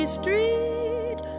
street